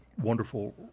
wonderful